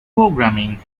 programming